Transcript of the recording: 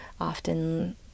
often